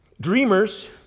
dreamers